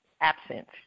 absent